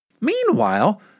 meanwhile